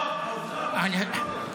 --- העובדות, העובדות.